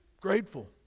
grateful